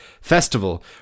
Festival